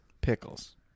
Pickles